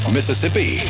Mississippi